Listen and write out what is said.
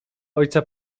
ojca